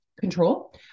control